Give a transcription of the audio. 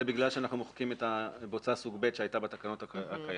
זה בגלל שאנחנו מוחקים את הבוצה סוג ב' שהייתה בתקנות הקיימות.